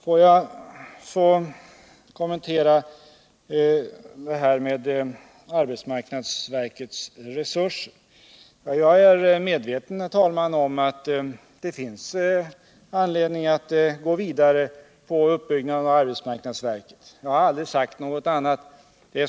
Får jag så kommentera vad som sagts om arbetsmarknadsverkets resurser. Jag är, herr talman, medveten om att det finns anledning att gå vidare med uppbyggnaden av arbetsmarknadsverket. Jag har heller aldrig sagt något annat.